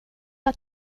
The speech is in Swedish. att